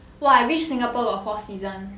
!wah! I wish singapore got four season